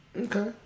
Okay